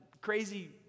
crazy